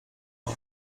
bar